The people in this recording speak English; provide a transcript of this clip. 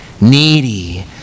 needy